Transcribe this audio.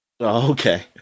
Okay